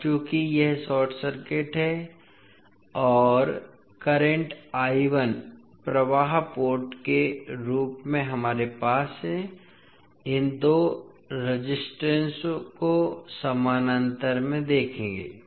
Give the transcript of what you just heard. अब चूंकि यह शार्ट सर्किट है और करंट प्रवाह पोर्ट के रूप में हमारे पास है इन दो रेजिस्टेंस को समानांतर में देखेंगे